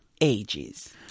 ages